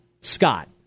scott